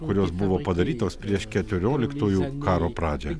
kurios buvo padarytos prieš keturioliktųjų karo pradžią